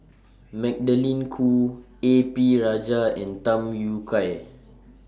Magdalene Khoo A P Rajah and Tham Yui Kai